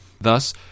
Thus